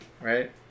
right